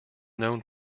known